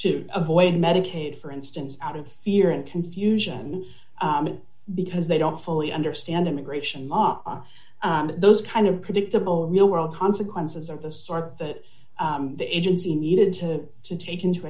to avoid medicaid for instance out of fear and confusion because they don't fully understand immigration law those kind of predictable real world consequences of the sort that the agency needed to take into